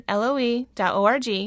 loe.org